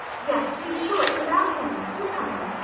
yes, to be sure it's about him. do come in.